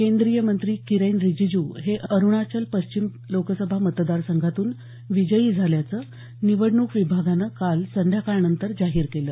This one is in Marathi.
केंद्रीय मंत्री किरेन रिजिजू हे अरुणाचल पश्चिम लोकसभा मतदार संघातून विजयी झाल्याचं निवडणूक विभागानं काल सायंकाळनंतर जाहीर केलं